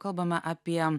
kalbame apie